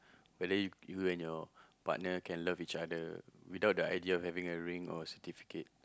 whether you you and your partner can love each other without the idea of having a ring or certificate